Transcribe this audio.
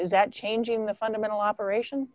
is that changing the fundamental operation